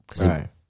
Right